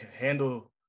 handle